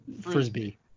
Frisbee